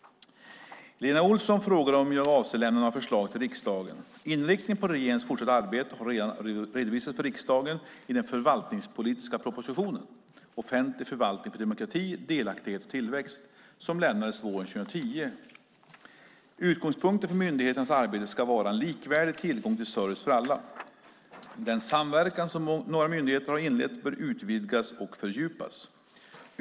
Lena Olsson frågar om jag avser att lämna några förslag till riksdagen. Inriktningen på regeringens fortsatta arbete har redan redovisats för riksdagen i den förvaltningspolitiska propositionen Offentlig förvaltning för demokrati, delaktighet och tillväxt som lämnades våren 2010. Utgångspunkten för myndigheternas arbete ska vara en likvärdig tillgång till service för alla. Den samverkan som några myndigheter har inlett bör utvidgas och fördjupas.